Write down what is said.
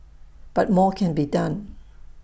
but more can be done